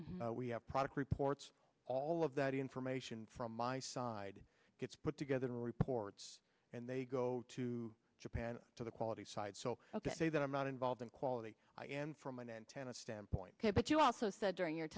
we have product reports all of that information from my side gets put together reports and they go to japan to the quality side so ok that i'm not involved in quality from an antenna standpoint but you also said during your